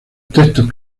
textos